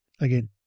again